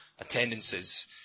attendances